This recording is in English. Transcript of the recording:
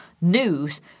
news